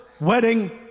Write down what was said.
wedding